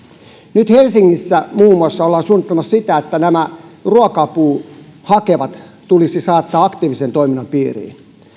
nyt helsingissä muun muassa ollaan suunnittelemassa sitä että nämä ruoka apua hakevat tulisi saattaa aktiivisen toiminnan piiriin